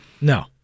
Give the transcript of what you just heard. no